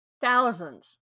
thousands